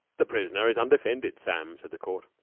the prisoner is undefended, sam, said the court.